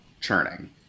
churning